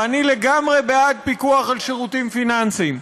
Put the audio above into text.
ואני לגמרי בעד פיקוח על שירותים פיננסיים.